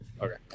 Okay